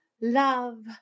love